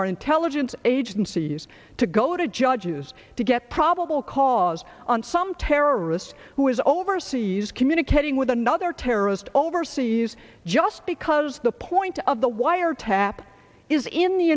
our intelligence agencies to go to judges to get probable cause on some terrorists who is overseas communicating with another terrorist overseas just because the point of the wiretap is in the